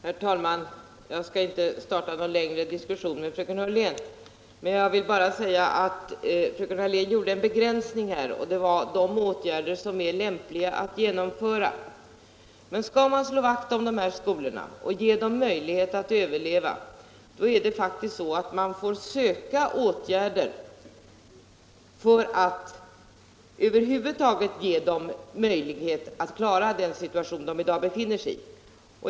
Herr talman! Jag skall inte ta upp någon större diskussion med fröken Hörlén utan konstaterar bara att fröken Hörlén gjorde en begränsning av sådana åtgärder som är ”lämpliga” att genomföra. Men om man vill slå vakt om dessa skolor och ge dem möjlighet att överleva, så får man försöka alla tänkbara åtgärder för att över huvud taget ge dem en chans att klara den situation som de i dag befinner sig i.